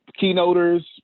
Keynoters